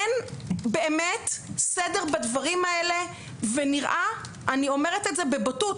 אין באמת סדר בדברים האלה ונראה אני אומרת את זה בבוטות